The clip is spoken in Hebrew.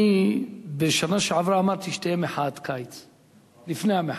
אני בשנה שעברתי אמרתי, לפני המחאה,